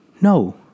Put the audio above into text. No